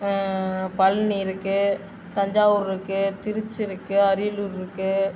பழனி இருக்குது தஞ்சாவூர் இருக்குது திருச்சி இருக்குது அரியலூர் இருக்குது